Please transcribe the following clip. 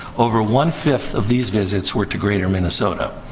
over one five of these visits were to greater minnesota.